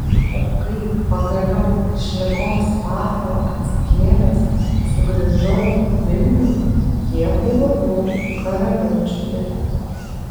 o kai pagaliau iš ligos patalo atsikėlęs sugrįžau vilniun jie buvo jau karaliaučiuje